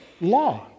law